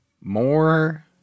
More